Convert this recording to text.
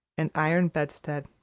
an iron bedstead,